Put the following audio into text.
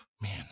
Man